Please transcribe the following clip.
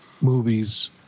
movies